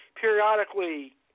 periodically